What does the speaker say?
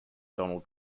donald